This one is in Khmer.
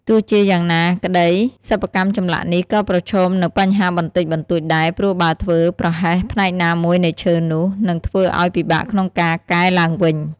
ទោះជាយ៉ាងណាក្តី សិប្បកម្មចម្លាក់នេះ ក៏ប្រឈមនូវបញ្ហាបន្តិចបន្តួចដែរ ព្រោះបើធ្វើប្រហែសផ្នែកណាមួយនៃឈើនោះ នឹងធ្វើឲ្យពិបាកក្នុងការកែឡើងវិញ។